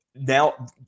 Now